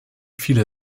viele